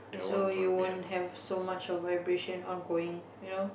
so you won't have so much of vibration ongoing you know